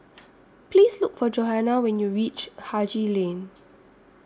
Please Look For Johanna when YOU REACH Haji Lane